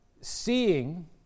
seeing